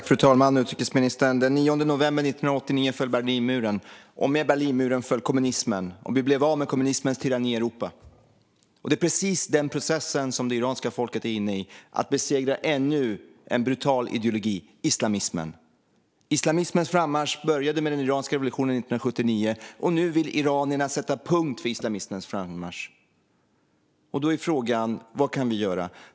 Fru talman och utrikesministern! Den 9 november 1989 föll Berlinmuren, och med den föll kommunismen. Vi blev av med kommunismens tyranni i Europa. Det är precis denna process som det iranska folket är inne i - att besegra ännu en brutal ideologi: islamismen. Islamismens frammarsch började med den iranska revolutionen 1979, men nu vill iranierna sätta punkt för islamismens frammarsch. Då är frågan: Vad kan vi göra?